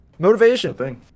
Motivation